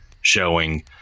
showing